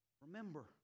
Remember